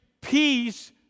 peace